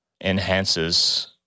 enhances